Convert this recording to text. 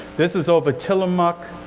this is over tilamook,